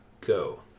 Go